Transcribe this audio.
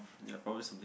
ya probably something